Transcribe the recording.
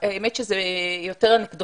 זה יותר אנקדוטלי.